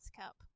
cup